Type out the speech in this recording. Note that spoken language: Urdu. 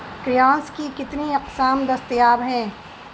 پیاز کی کتنی اقسام دستیاب ہیں